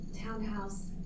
townhouse